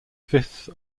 fifth